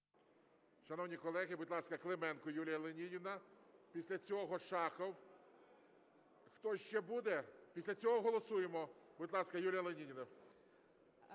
Шановні колеги, будь ласка, Клименко Юлія Леонідівна. Після цього Шахов. Хтось ще буде? Після цього голосуємо. Будь ласка, Юлія Леонідівна.